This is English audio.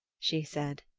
she said.